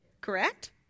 Correct